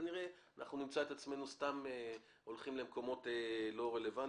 כנראה נמצא את עצמנו סתם הולכים למקומות לא רלוונטיים,